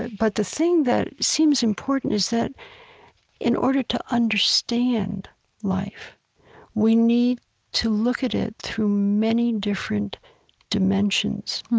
but the thing that seems important is that in order to understand life we need to look at it through many different dimensions.